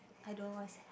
I don't know what's that